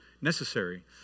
necessary